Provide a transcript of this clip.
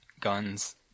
guns